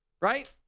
right